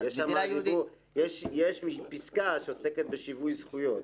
יש פסקה שעוסקת בשיווי זכויות.